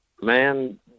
Man